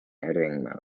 editing